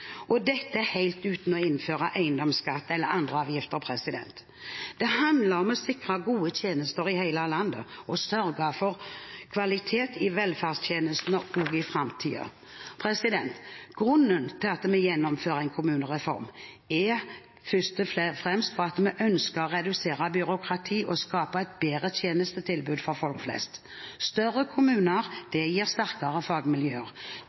– dette helt uten å innføre eiendomsskatt eller andre avgifter. Det handler om å sikre gode tjenester i hele landet og sørge for kvalitet i velferdstjenestene også i framtiden. Grunnen til at vi gjennomfører en kommunereform, er først og fremst at vi ønsker å redusere byråkratiet og skape et bedre tjenestetilbud for folk flest. Større kommuner gir sterkere fagmiljøer.